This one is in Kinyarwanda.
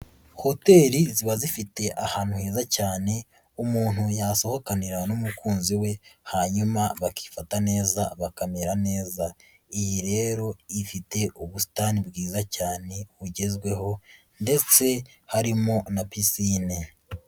Hoteli ziba zifite ahantu heza cyane umuntu yasohokanira n'umukunzi we hanyuma bakifata neza bakamera neza, iyi rero ifite ubusitani bwiza cyane bugezweho ndetse harimo na pisine.